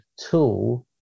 tool